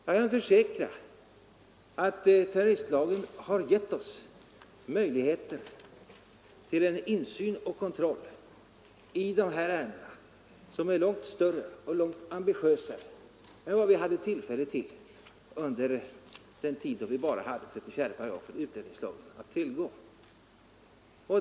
Jag kan försäkra att terroristlagen har gett oss möjligheter till en insyn och kontroll i dessa ärenden som är större och långt ambitiösare än vi hade tillfälle till under den tid då bara 34 § utlänningslagen fanns att tillgå.